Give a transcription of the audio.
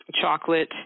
chocolate